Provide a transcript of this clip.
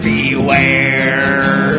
Beware